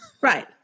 Right